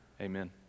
Amen